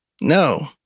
No